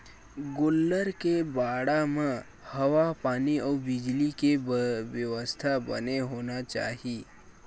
गोल्लर के बाड़ा म हवा पानी अउ बिजली के बेवस्था बने होना चाही